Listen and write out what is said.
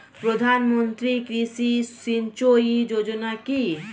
প্রধানমন্ত্রী কৃষি সিঞ্চয়ী যোজনা কি?